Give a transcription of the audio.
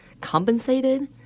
compensated